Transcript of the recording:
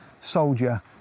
soldier